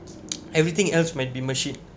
everything else might be machine